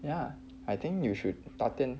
ya I think you should tartan